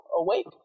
awake